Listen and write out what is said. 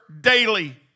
daily